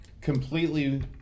completely